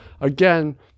Again